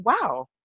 wow